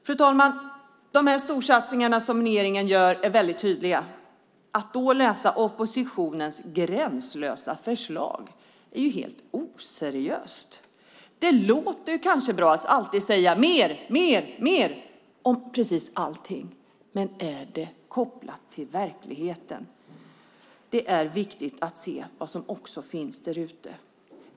Fru talman! Dessa storsatsningar som regeringen gör är mycket tydliga. När man då läser oppositionens gränslösa förslag framstår de som helt oseriösa. Det låter kanske bra att alltid säga mer, mer, mer om precis allting. Men är det kopplat till verkligheten? Det är viktigt att också se vad som finns där ute.